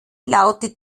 lautet